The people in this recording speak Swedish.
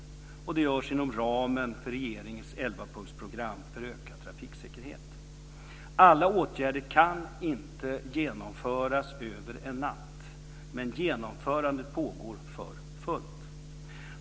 Det görs inom ramen för regeringens elvapunktsprogram för ökad trafiksäkerhet. Alla åtgärder kan inte genomföras över en natt, men genomförandet pågår för fullt.